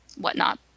whatnot